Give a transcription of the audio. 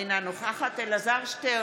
אינה נוכחת אלעזר שטרן,